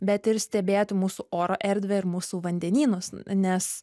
bet ir stebėti mūsų oro erdvę ir mūsų vandenynus nes